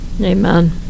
Amen